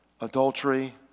adultery